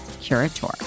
Curator